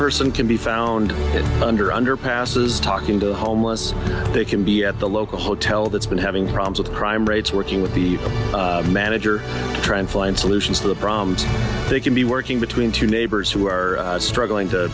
person can be found under underpasses talking to the homeless they can be at the local hotel that's been having problems with crime rates working with the manager to try and find solutions to the problems they can be working between two neighbors who are struggling to